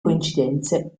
coincidenze